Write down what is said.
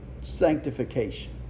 sanctification